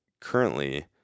currently